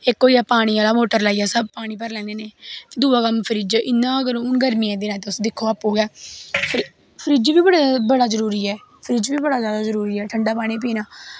इक होइयै पानी आह्ली मोटर लाइयै सब पानी भरी लैन्ने होन्ने दुआ कम्म फ्रिज अगर हून गर्मियें दिनैं तुस दिक्खो अप्पू गै फ्रिज्ज बी बड़ा जरूरी ऐ फ्रिज्ज बी बड़ा जरूरी ऐ ठंडा पानी पीना